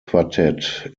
quartett